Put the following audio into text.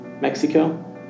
Mexico